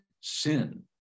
sin